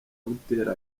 buteera